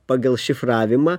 pagal šifravimą